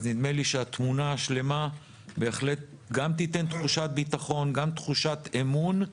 אז נדמה לי שהתמונה השלמה גם תיתן תחושת ביטחון גם תיתן תחושת אמון.